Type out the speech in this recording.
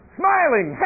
smiling